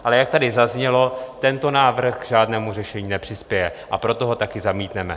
Ale jak tady zaznělo, tento návrh k žádnému řešení nepřispěje, a proto ho taky zamítneme.